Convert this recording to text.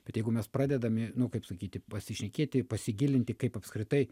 bet jeigu mes pradedame nu kaip sakyti pasišnekėti pasigilinti kaip apskritai